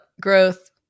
growth